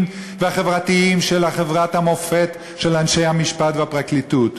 והחברתיים של חברת המופת של אנשי המשפט והפרקליטות.